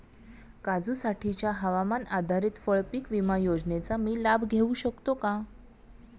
काजूसाठीच्या हवामान आधारित फळपीक विमा योजनेचा मी लाभ घेऊ शकतो का?